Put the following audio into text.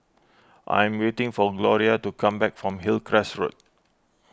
I am waiting for Gloria to come back from Hillcrest Road